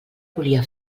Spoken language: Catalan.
volia